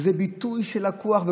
זה ביטוי שלקוח,